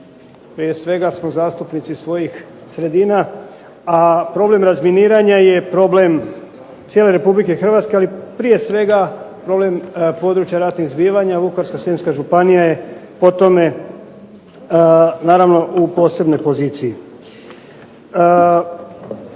prije svega smo zastupnici svojih sredina, a problem razminiranja je problem cijele Republike Hrvatske ali prije svega problem područja raznih zbivanja Vukovarsko-srijemska županija je po tome naravno u posebnoj poziciji. Meni